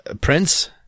Prince